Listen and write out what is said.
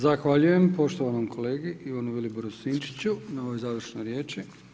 Zahvaljujem poštovanom kolegi Ivanu Viliboru Sinčiću na ovoj završnoj riječi.